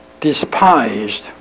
despised